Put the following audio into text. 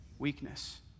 weakness